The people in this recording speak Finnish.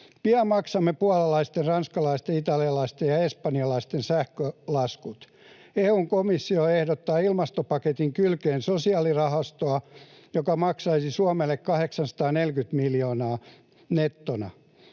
Pian maksamme puolalaisten, ranskalaisten, italialaisten ja espanjalaisten sähkölaskut. EU:n komissio ehdottaa ilmastopaketin kylkeen sosiaalirahastoa, joka maksaisi Suomelle 840 miljoonaa nettona.